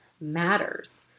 matters